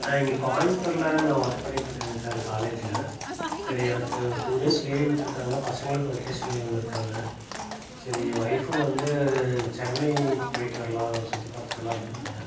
நான் இங்கே கோயம்த்தூரில் நான் ஒர்க் பண்ணிட்டுருக்கேங்க சார் காலேஜுல் சரி எனக்கு டூ டேஸ் லீவ் விட்டுருக்காங்க பசங்களுக்கும் வெக்கேஷன் லீவ்லில் இருக்காங்க சரி ஒய்ஃபும் வந்து சென்னை போயிட்டு வரலாம் சுற்றி பார்த்துட்டு வரலாம் அப்படின்னாங்க